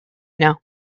know